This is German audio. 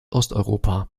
osteuropa